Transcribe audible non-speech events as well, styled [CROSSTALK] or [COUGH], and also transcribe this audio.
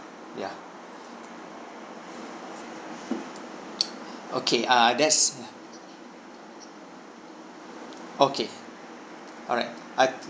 ya [NOISE] okay uh that's okay alright I